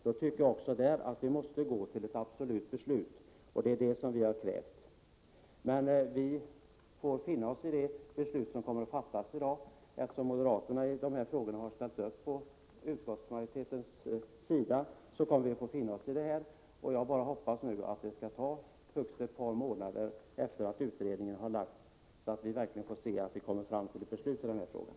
Därför tycker jag att vi måste fatta ett definitivt beslut, och det är detta som vi har krävt. Men vi får finna oss i det beslut som kommer att fattas i dag, eftersom moderaterna i dessa frågor ju har ställt upp på utskottsmajoritetens sida. Det är bara att hoppas att det skall ta högst några månader efter det att utredningen har lagts fram, så att vi verkligen kommer fram till ett beslut i den här frågan.